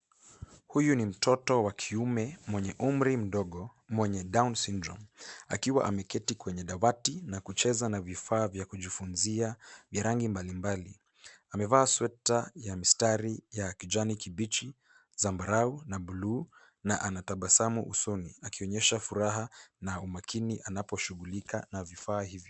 Huyu ni mtoto wa kiume, mwenye umri mdogo ,mwenye down syndrome .Akiwa ameketi kwenye dawati, na kucheza na vifaa vya kujifunzia vya rangi mbali mbali. Amevaa sweta ya mistari ya kijani kibichi, zambarau na bluu, na ana tabasamu usoni. Akionyesha furaha, na umakini anapo shughulika na vifaa hivi.